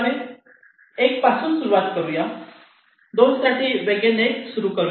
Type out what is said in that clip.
1 पासून सुरुवात करुया 2 साठी वेगळे नेट सुरू करूया